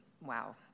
Wow